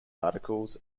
articles